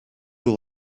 who